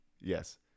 Yes